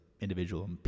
individual